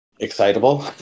excitable